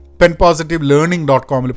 penpositivelearning.com